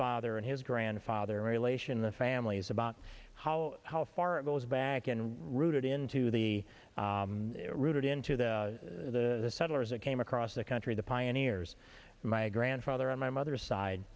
father and his grandfather relation the families about how how far it goes back and rooted into the rooted into the the settlers that came across the country the pioneers my grandfather on my mother's side